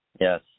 Yes